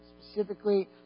specifically